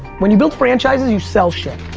when you build franchises you sell shit.